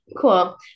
Cool